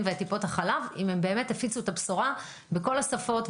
ואת טיפות החלב אם באמת הפיצו את הבשורה בכל השפות,